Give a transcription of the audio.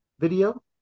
video